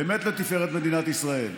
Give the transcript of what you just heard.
באמת לתפארת מדינת ישראל.